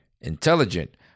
Intelligent